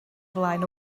flaen